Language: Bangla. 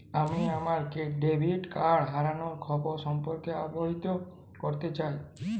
আমি আমার ডেবিট কার্ড হারানোর খবর সম্পর্কে অবহিত করতে চাই